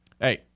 Hey